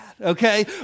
okay